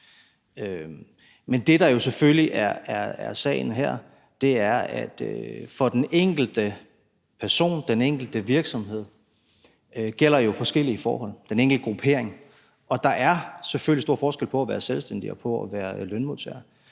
Men det, der jo selvfølgelig er sagen her, er, at for den enkelte person, den enkelte virksomhed, den enkelte gruppering gælder jo forskellige forhold. Og der er selvfølgelig stor forskel på at være selvstændig og på at være lønmodtager.